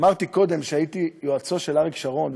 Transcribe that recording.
אמרתי קודם שהייתי יועצו של אריק שרון.